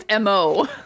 MO